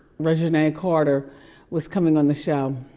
reginae carter was coming on the show.